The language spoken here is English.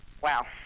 Wow